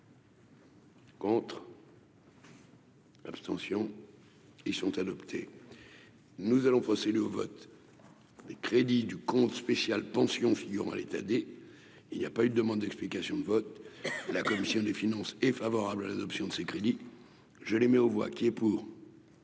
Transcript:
Contre. L'abstention et sont adoptés, nous allons procéder au vote des crédits du compte spécial pension figurant à l'état des il y a pas eu de demande d'explications de vote, la commission des finances, est favorable à l'adoption de ces crédits, je les mets aux voix qui est pour.